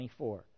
24